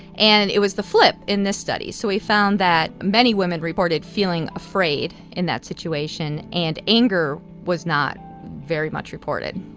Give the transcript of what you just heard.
and it was the flip in this study. so we found that many women reported feeling afraid in that situation, and anger was not very much reported